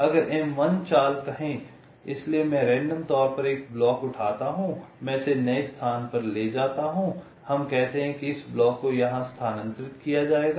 अगर M1 चाल कहे इसलिए मैं रैंडम तौर पर एक ब्लॉक उठाता हूं मैं इसे एक नए स्थान पर ले जाता हूं हम कहते हैं कि इस ब्लॉक को यहां स्थानांतरित किया जाएगा